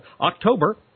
October